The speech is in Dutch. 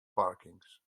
parkings